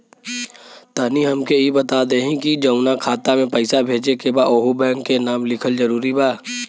तनि हमके ई बता देही की जऊना खाता मे पैसा भेजे के बा ओहुँ बैंक के नाम लिखल जरूरी बा?